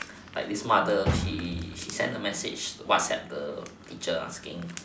like this mother she send a message she whatsapp the teacher asking